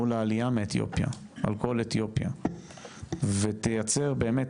מול העלייה מאתיופיה, על כל אתיופיה ותייצר באמת,